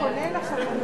אתם מומחים.